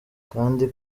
kandi